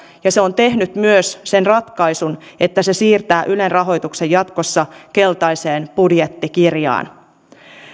ja se on tehnyt myös sen ratkaisun että se siirtää ylen rahoituksen jatkossa keltaiseen budjettikirjaan